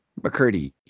McCurdy